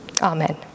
Amen